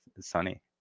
sunny